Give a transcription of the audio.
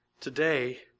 today